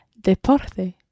deporte